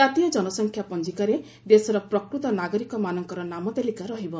ଜାତୀୟ ଜନସଂଖ୍ୟା ପଞ୍ଜିକାରେ ଦେଶର ପ୍ରକୃତ ନାଗରିକମାନଙ୍କର ନାମ ତାଲିକା ରହିବ